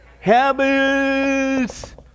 habits